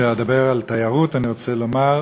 לפני שאדבר על תיירות, אני רוצה לומר